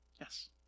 Yes